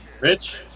Rich